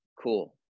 cool